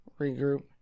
regroup